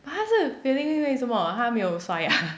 but 他是 filling 因为什么他没有刷牙